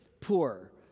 poor